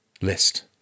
list